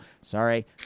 sorry